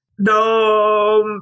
No